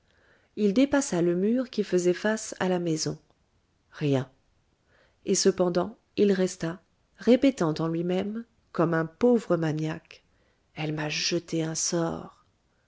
il dépassa le mur qui faisait face à la maison rien et cependant il resta répétant en lui-même comme un pauvre maniaque elle m'a jeté un sort